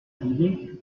kugeln